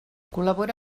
col·labora